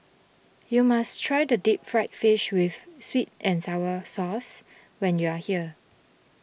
you must try the Deep Fried Fish with Sweet and Sour Sauce when you are here